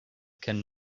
can